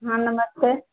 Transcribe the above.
हँ नमस्ते